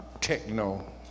techno